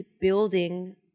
building